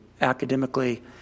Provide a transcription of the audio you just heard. academically